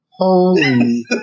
Holy